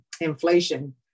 inflation